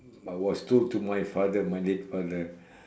I was told to my father my late father